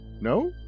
No